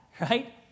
right